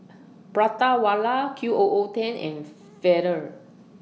Prata Wala Q O O ten and Feather